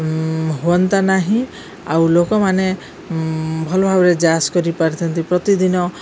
ହୁଅନ୍ତା ନାହିଁ ଆଉ ଲୋକମାନେ ଭଲ ଭାବରେ ଯାଆସ୍ କରିପାରିଥାନ୍ତେ ପ୍ରତିଦିନ